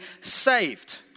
saved